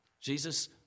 Jesus